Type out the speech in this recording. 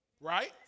Right